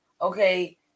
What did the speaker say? Okay